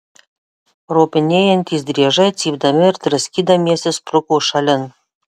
ropinėjantys driežai cypdami ir draskydamiesi spruko šalin